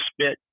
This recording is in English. spit